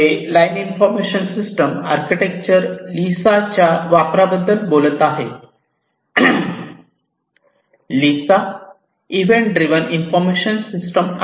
ते line information system architecture लिसाच्या Line Information System Architecture LISA वापराबद्दल बोलत आहेत LISA event driven information system आहे